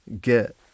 get